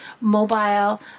mobile